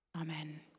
Amen